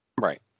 Right